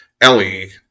Ellie